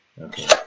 Okay